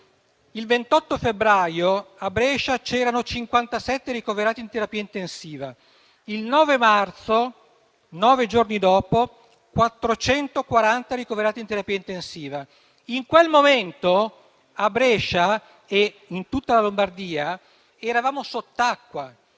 il 28 febbraio a Brescia c'erano 57 ricoverati in terapia intensiva; il 9 marzo, nove giorni dopo, i ricoverati in terapia intensiva erano 440. In quel momento a Brescia e in tutta la Lombardia eravamo sott'acqua;